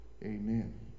Amen